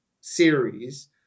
series